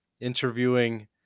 interviewing